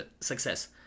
success